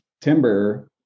timber